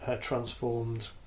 transformed